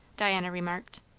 diana remarked.